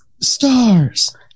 Stars